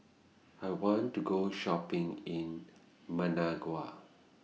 I want to Go Shopping in Managua